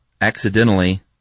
accidentally